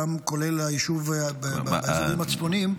כולל גם באזורים הצפוניים.